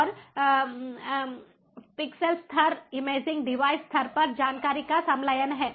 और पिक्सेल स्तर imaging device स्तर पर जानकारी का संलयन है